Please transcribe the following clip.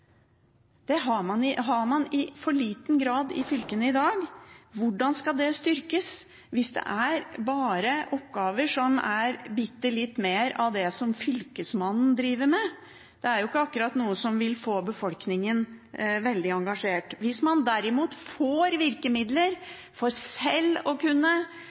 Det har man i for liten grad i fylkene i dag. Hvordan skal den styrkes hvis dette bare gjelder oppgaver som er bitte litt mer av det som fylkesmannen driver med? Det er ikke akkurat noe som vil få befolkningen veldig engasjert. Hvis man derimot får virkemidler for sjøl å kunne